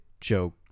joke